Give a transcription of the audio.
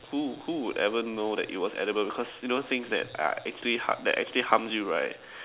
who who would ever know that it was edible because you know things that are actually that actually harms you right